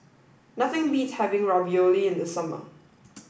nothing beats having Ravioli in the summer